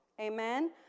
Amen